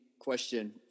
question